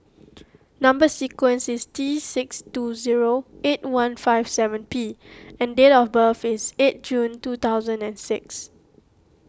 Number Sequence is T six two zero eight one five seven P and date of birth is eight June two thousand and six